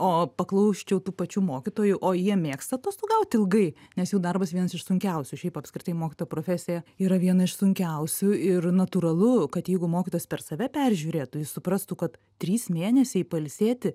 o paklausčiau tų pačių mokytojų o jie mėgsta atostogaut ilgai nes jų darbas vienas iš sunkiausių šiaip apskritai mokytojo profesija yra viena iš sunkiausių ir natūralu kad jeigu mokytojas per save peržiūrėtų jis suprastų kad trys mėnesiai pailsėti